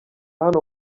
hano